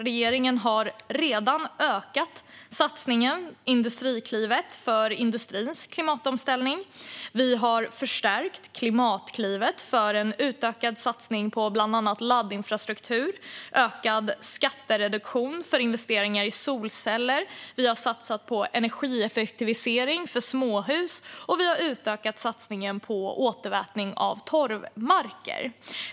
Regeringen har redan ökat satsningen Industriklivet för industrins klimatomställning, förstärkt Klimatklivet för en utökad satsning på bland annat laddinfrastruktur, ökat skattereduktionen för investeringar i solceller, satsat på energieffektivisering för småhus och utökat satsningen på återvätning av torvmarker.